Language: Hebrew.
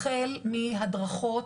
החל מהדרכות,